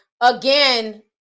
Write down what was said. again